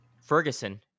Ferguson